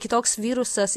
kitoks virusas